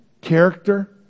character